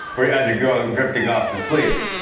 as you're drifting off to sleep.